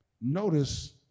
notice